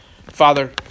Father